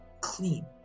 clean